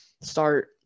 start